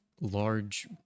large